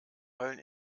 heulen